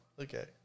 Okay